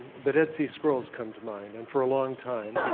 the dead sea scrolls come to mind. and for a long time,